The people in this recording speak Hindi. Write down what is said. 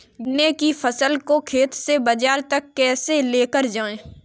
गन्ने की फसल को खेत से बाजार तक कैसे लेकर जाएँ?